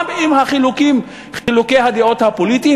וגם עם חילוקי הדעות הפוליטיים,